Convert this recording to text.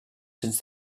since